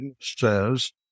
says